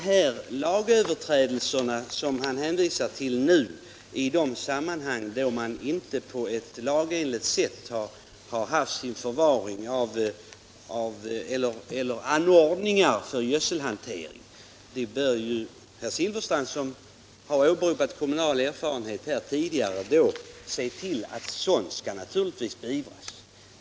Herr Silfverstrand hänvisar till fall där anordningar för gödselhantering inte har skett lagenligt; men herr Silfverstrand, som tidigare här har åberopat kommunal erfarenhet, bör kunna medverka till att sådant beivras!